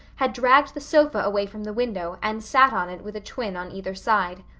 had dragged the sofa away from the window and sat on it with a twin on either side.